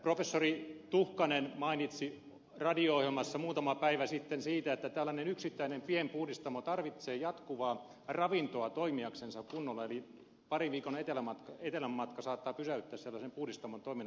professori tuhkanen mainitsi radio ohjelmassa muutama päivä sitten siitä että tällainen yksittäinen pienpuhdistamo tarvitsee jatkuvaa ravintoa toimiakseen kunnolla eli parin viikon etelänmatka saattaa pysäyttää sellaisen puhdistamon toiminnan